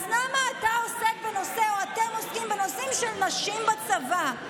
אז למה אתה עוסק או אתם עוסקים בנושאים של נשים בצבא?